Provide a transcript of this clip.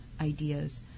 ideas